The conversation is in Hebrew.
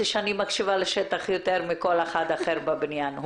שאני מקשיבה לשטח יותר מכל אחד אחר בבניין.